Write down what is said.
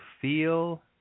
feel